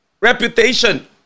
reputation